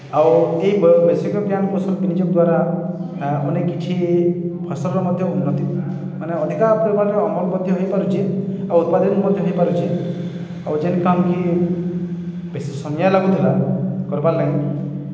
ଆଉ ଇ ବୈଷୟିକ ଜ୍ଞାନ କୌଶଳ ବିନିଯୋଗ୍ ଦ୍ୱାରା ଅନେକ କିଛି ଫସଲ୍ର ମଧ୍ୟ ଉନ୍ନତି ମାନେ ଅଧିକା ପରିମାଣରେ ଅମଳ ମଧ୍ୟ ହେଇପାରୁଛେ ଆଉ ଉତ୍ପାଦନ୍ ମଧ୍ୟ ହେଇପାରୁଛେ ଆଉ ଯେନ୍ କାମ୍ କି ବେଶି ସମିଆ ଲାଗୁଥିଲା କର୍ବାର୍ ଲାଗି